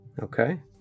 Okay